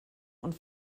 und